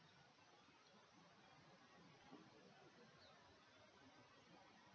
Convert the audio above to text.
ya